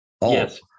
Yes